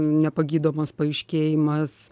nepagydomos paaiškėjimas